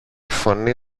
φωνή